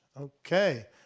Okay